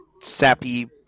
sappy